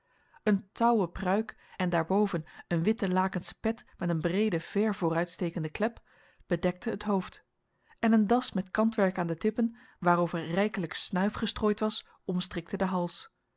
een touwen pruik en daarboven een witte lakensche pet met een breede ver vooruitstekende klep bedekten het hoofd en een das met kantwerk aan de tippen waarover rijkelijk snuif gestrooid was omstrikte den hals